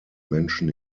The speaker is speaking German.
menschen